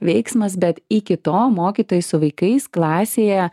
veiksmas bet iki to mokytojai su vaikais klasėje